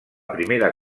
primera